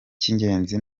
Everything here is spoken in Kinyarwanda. cy’ingenzi